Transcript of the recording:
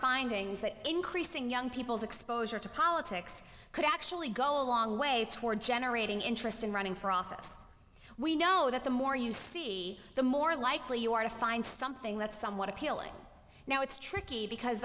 findings that increasing young people's exposure to politics could actually go a long way toward generating interest in running for office we know that the more you see the more likely you are to find something that's somewhat appealing now it's tricky because